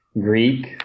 Greek